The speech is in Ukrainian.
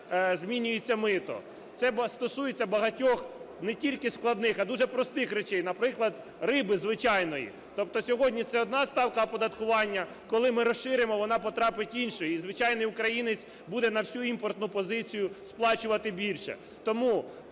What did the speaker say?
змінюється мито. Це стосується багатьох, не тільки складних, а дуже простих речей. Наприклад, риби звичайної, тобто сьогодні це одна ставка оподаткування, коли ми розширимо, вона потрапить в іншу. І звичайний українець буде на всю імпортну позицію сплачувати більше.